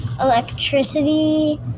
electricity